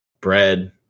bread